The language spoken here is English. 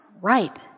right